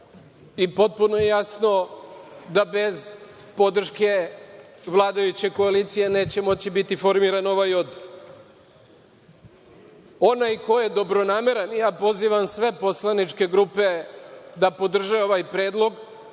i potpuno je jasno da bez podrške vladajuće koalicije neće moći biti formiran ovaj odbor. Pozivam sve poslaničke grupe da podrže ovaj predlog.